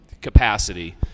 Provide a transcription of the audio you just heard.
capacity